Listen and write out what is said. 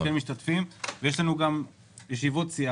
כן משתתפים אבל יש לנו גם ישיבות סיעה.